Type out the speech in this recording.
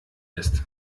ist